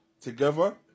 together